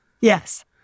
Yes